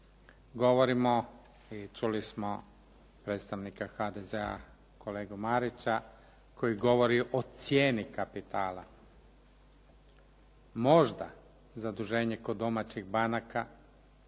govorimo i čuli smo predstavnika HDZ-a kolegu Marića, koji govori o cijeni kapitala. Možda zaduženje kod domaćih banaka